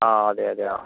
ആ അതെ അതെ ആ